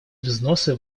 взносы